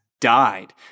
died